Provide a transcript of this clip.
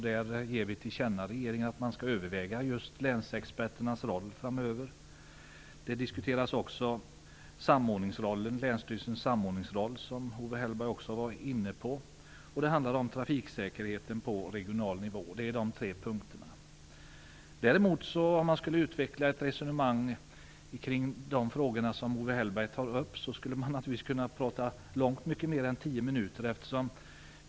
Där ger vi regeringen till känna att man skall överväga just länsexperternas roll framöver. Länsstyrelsens samordningsroll diskuteras också, som Owe Hellberg var inne på. Dessutom handlar det om trafiksäkerheten på regional nivå. De är de tre punkterna. Om man skulle utveckla ett resonemang kring de frågor som Owe Hellberg tar upp skulle man naturligtvis kunna prata mycket längre än tio minuter.